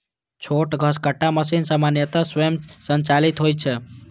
छोट घसकट्टा मशीन सामान्यतः स्वयं संचालित होइ छै